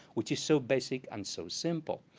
which is so basic and so simple.